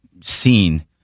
seen